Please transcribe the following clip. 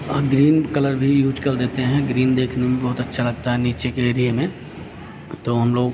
और green colour भी use कर देते हैं ग्रीन देखने में बहुत अच्छा लगता है नीचे के एरिये में तो हम लोग